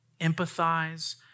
empathize